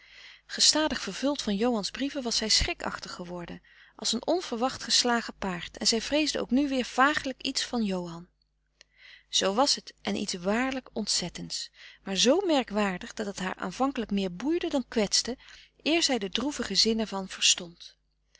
gestadig vervuld van johan's brieven was zij schrikachtig geworden als een onverwacht geslagen paard en zij vreesde ook nu weer vagelijk iets van johan zoo was het en iets waarlijk ontzettends maar zoo merkwaardig dat het haar aanvankelijk meer boeide dan kwetste eer zij den droevigen zin er van verstond